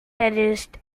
terrorist